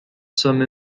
some